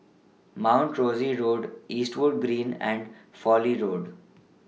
Mount Rosie Road Eastwood Green and Fowlie Road